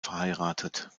verheiratet